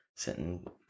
Sitting